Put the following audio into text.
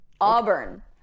Auburn